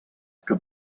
que